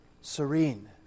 Serene